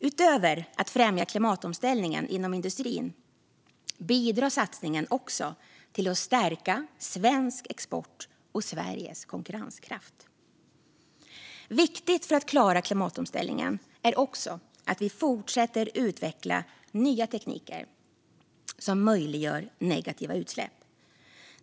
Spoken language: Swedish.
Utöver att främja klimatomställningen inom industrin bidrar satsningen också till att stärka svensk export och Sveriges konkurrenskraft. Viktigt för att klara klimatomställningen är också att vi fortsätter utveckla nya tekniker som möjliggör negativa utsläpp.